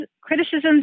criticisms